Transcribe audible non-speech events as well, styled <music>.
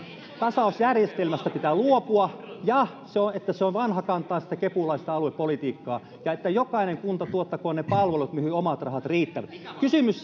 tasausjärjestelmästä pitää luopua että se on vanhakantaista kepulaista aluepolitiikkaa ja että jokainen kunta tuottakoon ne palvelut mihin omat rahat riittävät kysymys <unintelligible>